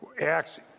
Acts